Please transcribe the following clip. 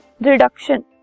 Reduction